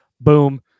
Boom